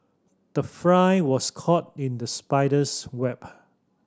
the fly was caught in the spider's web